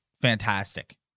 fantastic